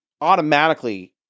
automatically